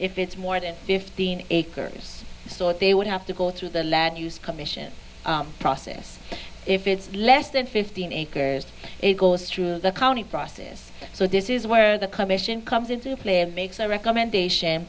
if it's more than fifteen acres so that they would have to go through the land use commission process if it's less than fifteen acres it goes through the county process so this is where the commission comes into play and makes a recommendation